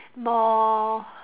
more